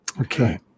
Okay